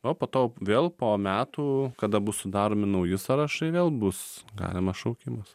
o po to vėl po metų kada bus sudaromi nauji sąrašai vėl bus galimas šaukimas